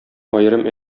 аерым